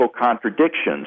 contradictions